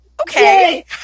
Okay